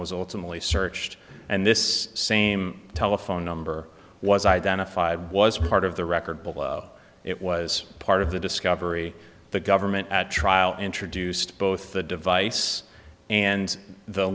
was ultimately searched and this same telephone number was identified was part of the record but it was part of the discovery the government at trial introduced both the device and the